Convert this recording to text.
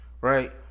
right